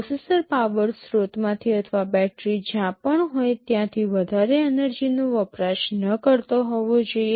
processor power સ્ત્રોતમાંથી અથવા battery જ્યાં પણ હોય ત્યાંથી વધારે એનર્જીનો વપરાશ ન કરતો હોવો જોઇએ